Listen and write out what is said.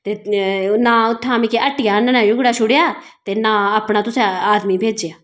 ते नां उत्थां दा मिगी हट्टी दा आह्नना जोगड़ा छोड़ेआ ते ना अपना तुस आदमी भेजेआ